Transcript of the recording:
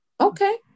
Okay